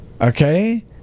okay